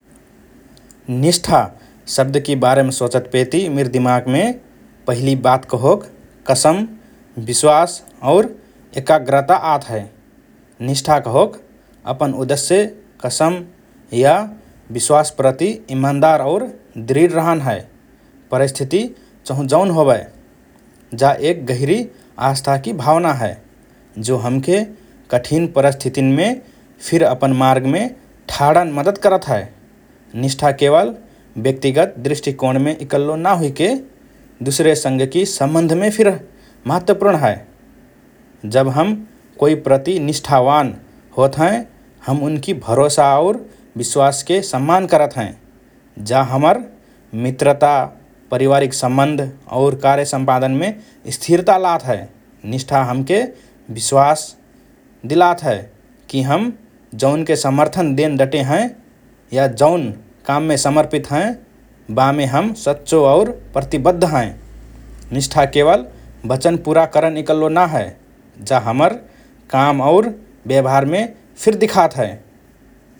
“निष्ठा” शब्दकि बारेम सोचतपेति मिर दिमागमे पहिली बात कहोक कसम, विश्वास और एकाग्रता आत हए । निष्ठा कहोक अपन उद्देश्य, कसम, या विश्वास प्रति ईमानदार और दृढ रहन हए, परिस्थिति चहु जौन होबए । जा एक गहिरी आस्थाकि भावना हए, जो हमके कठिन परिस्थितिन्मे फिर अपन मार्गमे ठडन मद्दत करत हए । निष्ठा केवल व्यक्तिगत दृष्टिकोणमे इकल्लो ना हुइके, दुसरेसँगकि सम्बन्धमे फिर महत्वपूर्ण हए । जब हम कोइ प्रति निष्ठावान होत हएँ, हम उनकि भरोसा और विश्वासके सम्मान करत हएँ । जा हमर मित्रता, पारिवारिक सम्बन्ध और कार्यसम्पानदमे स्थिरता लात हए । निष्ठा हमके विश्वास दिलात हए कि हम जौनके समर्थन देन डटे हएँ या जौन काममे समर्पित हएँ, बामे हम सच्चो और प्रतिबद्ध हएँ । निष्ठा केवल वचन पुरा करन इकल्लो ना हए, जा हमर काम और व्यवहारमे फिर दिखात हए ।